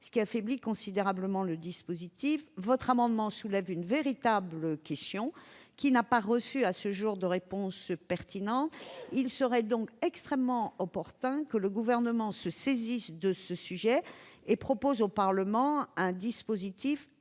ce qui affaiblit considérablement le dispositif. Les dispositions de votre amendement soulèvent une véritable question, qui n'a pas reçu à ce jour de réponse pertinente. Il serait donc extrêmement opportun que le Gouvernement se saisisse de ce sujet et propose au Parlement un dispositif